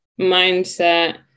mindset